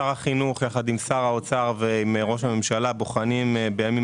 שר החינוך יחד עם שר האוצר ועם ראש הממשלה בוחנים בימים